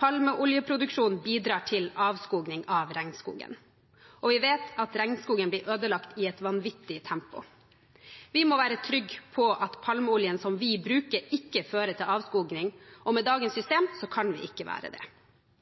Palmeoljeproduksjon bidrar til avskoging av regnskogen, og vi vet at regnskogen blir ødelagt i et vanvittig tempo. Vi må være trygg på at palmeoljen som vi bruker, ikke fører til avskoging, og med dagens system kan vi ikke være det.